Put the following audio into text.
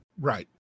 Right